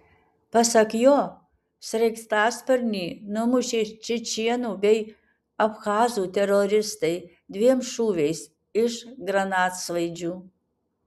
pasak jo sraigtasparnį numušė čečėnų bei abchazų teroristai dviem šūviais iš granatsvaidžių